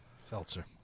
Seltzer